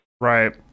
Right